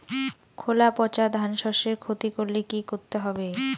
খোলা পচা ধানশস্যের ক্ষতি করলে কি করতে হবে?